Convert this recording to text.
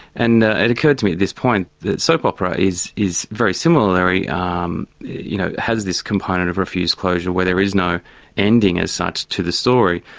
and it occurred to me at this point that soap opera is is very similar. it um you know has this component of refused closure where there is no ending, as such, to the story.